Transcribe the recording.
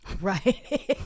Right